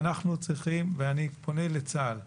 אנחנו צריכים, ואני פונה לצה"ל,